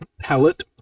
palette